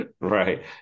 Right